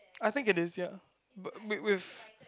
I think it is ya but we we've